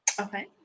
okay